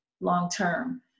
long-term